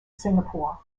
singapore